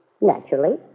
Naturally